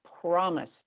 promise